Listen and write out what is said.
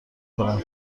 کند